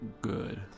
good